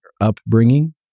upbringing